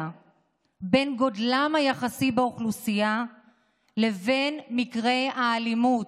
בין גודלם היחסי באוכלוסייה לבין מקרי האלימות.